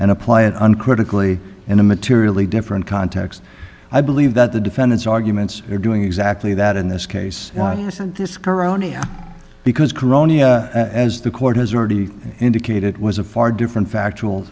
and apply it uncritically in a materially different context i believe that the defendant's arguments are doing exactly that in this case this corona because corona as the court has already indicated was a far different factual